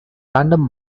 random